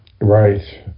Right